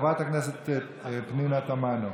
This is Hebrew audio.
חברת הכנסת פנינה תמנו.